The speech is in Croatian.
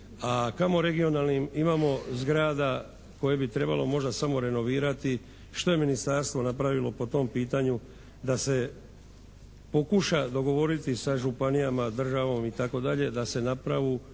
a kamo regionalnim imamo zgrada koje bi trebalo možda samo renovirati što je ministarstvo napravilo po tom pitanju da se pokuša dogovoriti sa županijama, državom itd. da se napravu,